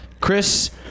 chris